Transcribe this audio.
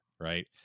right